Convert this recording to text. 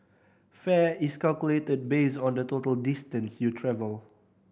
fare is calculated based on the total distance you travel